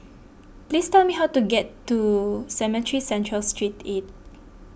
please tell me how to get to Cemetry Central Street eight